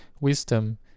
wisdom